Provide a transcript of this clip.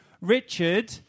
Richard